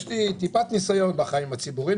יש לי טיפת ניסיון בחיים הציבוריים,